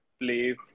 play